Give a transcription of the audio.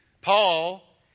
Paul